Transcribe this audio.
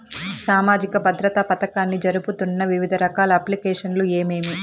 సామాజిక భద్రత పథకాన్ని జరుపుతున్న వివిధ రకాల అప్లికేషన్లు ఏమేమి?